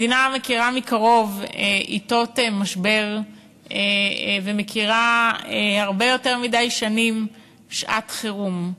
מדינה שמכירה מקרוב עתות משבר ומכירה הרבה יותר מדי שנים שעת חירום,